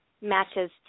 matches